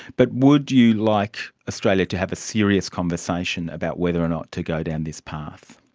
but would you like australia to have a serious conversation about whether or not to go down this path?